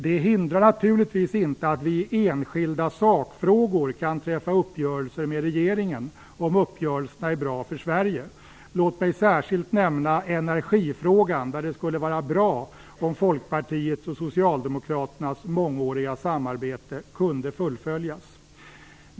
Det hindrar naturligtvis inte att vi i enskilda sakfrågor kan träffa uppgörelser med regeringen om uppgörelserna är bra för Sverige. Låt mig särskilt nämna energifrågan, där det skulle vara bra om Folkpartiets och Socialdemokraternas mångåriga samarbete kunde fullföljas.